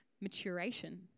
maturation